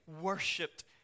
worshipped